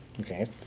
Okay